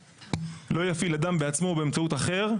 "לא יפעיל אדם בעצמו או באמצעות אחר",